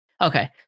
Okay